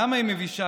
למה היא מבישה?